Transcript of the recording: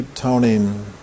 toning